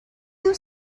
you